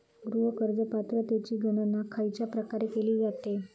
गृह कर्ज पात्रतेची गणना खयच्या प्रकारे केली जाते?